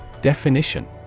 Definition